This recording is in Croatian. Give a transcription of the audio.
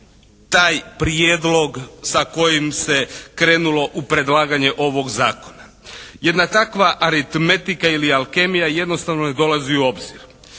taj prijedlog sa kojim se krenulo u predlaganje ovog zakona. Jedna takva aritmetika ili alkemija jednostavno ne dolazi u obzir.